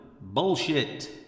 Bullshit